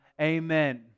Amen